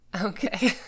Okay